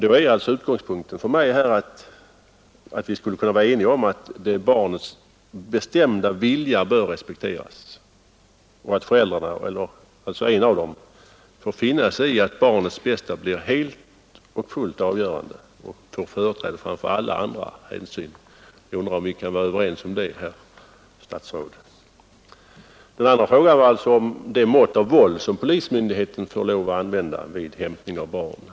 Då är alltså utgångspunkten för mig att vi skulle kunna vara eniga om att barnets bestämda vilja bör respekteras och att en av föräldrarna får finna sig i att hänsynen till barnets bästa blir helt och hållet avgörande och ges företräde framför alla andra hänsyn. Jag undrar om vi kan vara överens om det, herr statsråd. Min andra fråga gäller det mått av våld som polismyndigheten får lov att använda vid hämtning av barn.